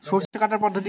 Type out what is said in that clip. সরষে কাটার পদ্ধতি কি?